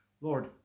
lord